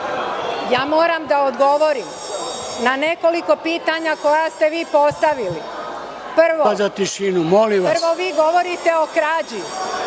Moram da odgovorim na nekoliko pitanja koja ste postavili. Prvo, vi govorite o krađi,